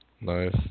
Nice